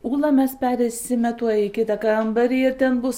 ula mes pereisime tuoj į kitą kambarį ir ten bus